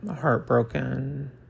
heartbroken